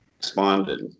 responded